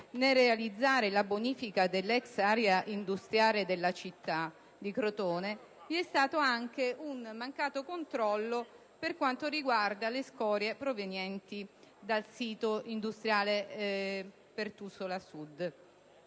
realizzazione della bonifica dell'ex area industriale della città di Crotone, vi è stato anche un mancato controllo per quanto riguarda le scorie provenienti dal sito industriale Pertusola Sud.